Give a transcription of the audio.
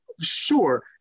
sure